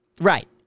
Right